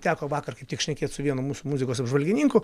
teko vakar kaip tik šnekėt su vienu mūsų muzikos apžvalgininku